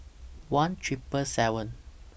one Triple seven